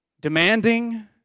demanding